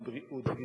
בבריאות,